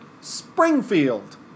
Springfield